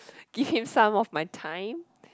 give him some of my time